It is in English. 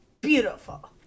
beautiful